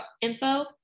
info